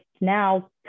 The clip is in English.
now